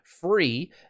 free